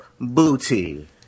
booty